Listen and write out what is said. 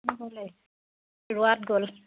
ৰোৱাত গ'ল